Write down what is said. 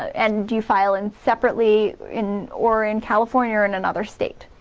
and you file in separately in or in california or in another state.